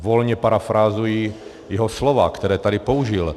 Volně parafrázuji jeho slova, která tady použil.